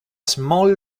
small